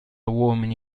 uomini